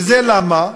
וזה למה?